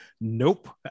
Nope